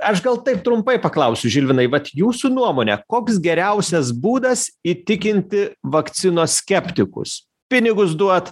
aš gal taip trumpai paklausiu žilvinai vat jūsų nuomone koks geriausias būdas įtikinti vakcinos skeptikus pinigus duot